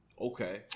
Okay